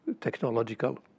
technological